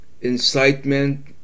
incitement